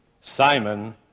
Simon